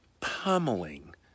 pummeling